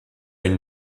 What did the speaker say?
une